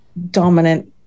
dominant